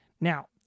Now